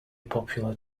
popular